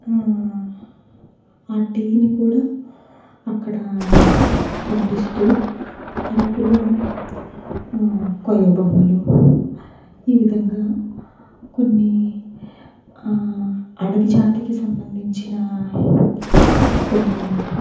ఆ టీని కూడా అక్కడ పండిస్తూ అరకులో కొయ్య బొమ్మలు ఈ విధంగా కొన్ని అడవిజాతికి సంబంధించిన కొన్ని